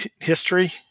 history